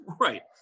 Right